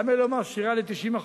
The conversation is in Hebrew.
למה היא לא מעשירה ל-90%?